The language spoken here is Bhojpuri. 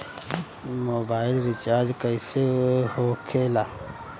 मोबाइल रिचार्ज कैसे होखे ला?